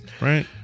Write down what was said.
right